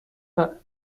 دارد